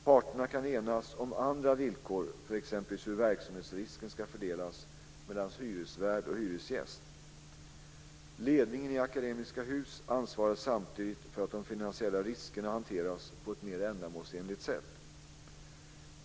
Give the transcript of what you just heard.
Parterna kan enas om andra villkor för t.ex. hur verksamhetsrisken ska fördelas mellan hyresvärd och hyresgäst. Ledningen i Akademiska Hus ansvarar samtidigt för att de finansiella riskerna hanteras på ett mer ändamålsenligt sätt.